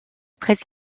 treize